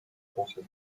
possible